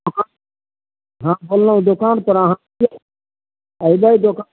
दोकान हँ बोललौ दोकान पर अहाँ अयबै दोकानपर